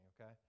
okay